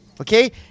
Okay